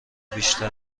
بیشتر